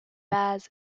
bears